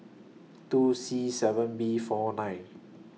two C seven B four nine